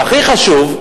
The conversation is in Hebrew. והכי חשוב,